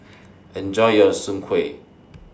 Enjoy your Soon Kway